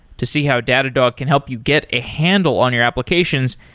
to see how datadog can help you get a handle on your applications,